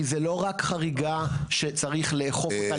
כי זה לא רק חריגה שצריך לאכוף אותה,